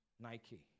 Nike